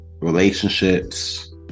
Relationships